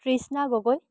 Trishna Gogoi